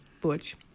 Butch